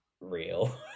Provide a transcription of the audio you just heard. real